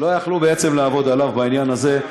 לא יכלו לעבוד עליו בעניין הזה.